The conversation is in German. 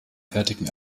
fertigen